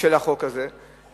של החוק הזה,